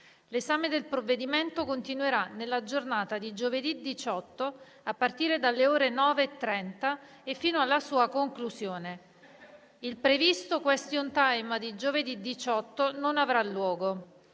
L'esame del provvedimento continuerà nella giornata di giovedì 18, a partire dalle ore 9,30 e fino alla sua conclusione. Il previsto *question-time* di giovedì 18 non avrà luogo.